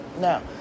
Now